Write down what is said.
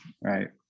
right